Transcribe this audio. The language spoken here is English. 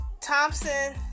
Thompson